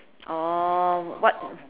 orh what